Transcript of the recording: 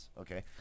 Okay